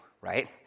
Right